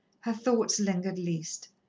her thoughts lingered least.